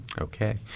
Okay